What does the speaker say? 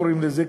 קוראים לזה,